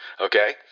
Okay